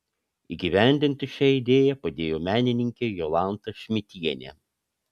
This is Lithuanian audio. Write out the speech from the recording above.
įgyvendinti šią idėją padėjo menininkė jolanta šmidtienė